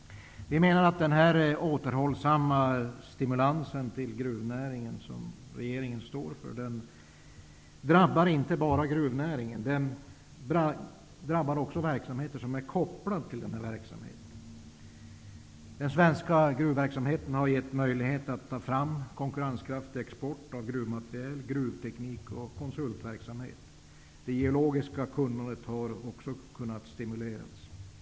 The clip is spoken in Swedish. Vi menar att den återhållsamma stimulansen till gruvnäringen som regeringen står för inte bara drabbar gruvnäringen. Den drabbar också verksamheter som är kopplade till gruvnäringen. Den svenska gruvnäringen har gett möjlighet att skapa en konkurrenskraftig export av gruvmaterial, gruvteknik och konsultverksamhet. Det geologiska kunnandet har också stimulerats.